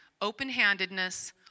Open-handedness